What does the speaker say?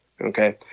Okay